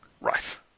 Right